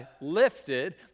lifted